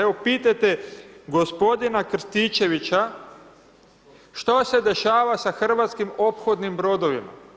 Evo pitajte gospodina Krstičevića, što se dešava sa hrvatskim ophodnim brodovima?